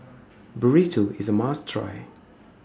Burrito IS A must Try